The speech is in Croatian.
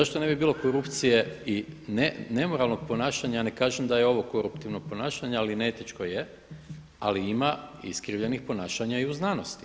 Zašto ne bi bilo korupcije i nemoralnog ponašanja, ne kažem da je ovo koruptivno ponašanja, ali neetičko je, ali ima iskrivljenih ponašanja i u znanosti.